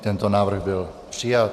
Tento návrh byl přijat.